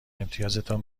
امتیازتان